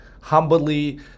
humbly